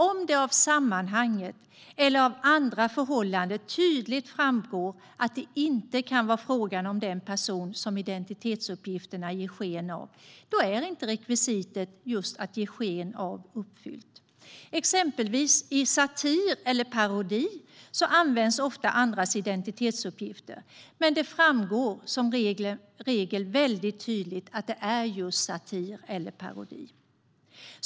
Om det av sammanhanget eller av andra förhållanden tydligt framgår att det inte kan vara fråga om den person som identitetsuppgifterna ger sken av är inte rekvisitet om att ge sken av uppfyllt. Exempelvis används ofta andras identitetsuppgifter i satir eller parodi, men det framgår som regel mycket tydligt att det är just satir eller parodi.